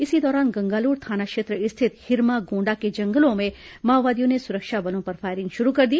इसी दौरान गंगालूर थाना क्षेत्र स्थित हिरमा गोंडा के जंगलों में माओवादियों ने सुरक्षा बलों पर फायरिंग शुरू कर दी